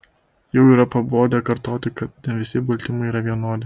jau yra pabodę kartoti kad ne visi baltymai yra vienodi